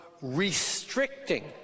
restricting